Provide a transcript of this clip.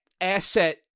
asset